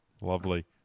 Lovely